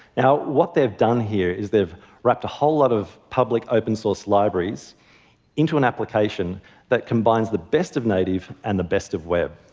now, what they've done here is they've wrapped a whole lot of public open source libraries into an application that combines the best of native and the best of web.